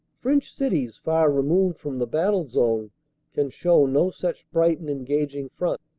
french cities far removed from the battle zone can show no such bright and engaging front,